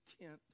tent